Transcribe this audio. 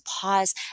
pause